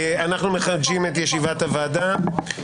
אנחנו מחדשים את ישיבת הוועדה.